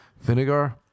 vinegar